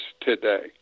today